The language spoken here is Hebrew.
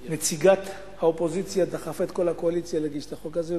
כנציגת האופוזיציה דחפה את כל הקואליציה להגיש את החוק הזה,